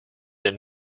and